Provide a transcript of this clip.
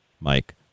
Mike